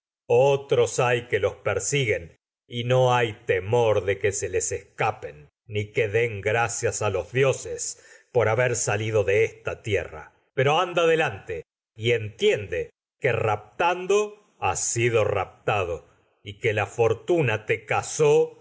otros hay que que se persiguen den no hay temor de los les escapen ni salido de esta que gracias a dioses y por haber tierra pero anda delante entiende que raptando has caza sido raptado porque y que la fortuna te cazó